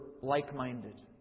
like-minded